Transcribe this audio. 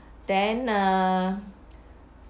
then err